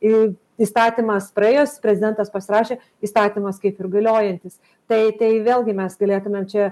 į įstatymas praėjęs prezidentas pasirašė įstatymas kaip ir galiojantis tai tai vėlgi mes galėtumėm čia